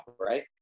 right